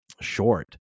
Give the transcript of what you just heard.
short